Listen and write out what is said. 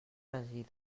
residus